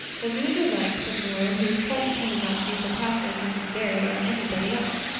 well, do as you like, said marilla, who was quite determined not to be surpassed by mrs. barry or anybody else.